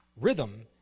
Rhythm